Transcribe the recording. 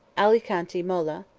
alicanti mola,